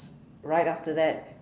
right after that